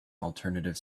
alternative